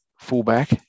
fullback